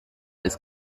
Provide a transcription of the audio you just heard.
des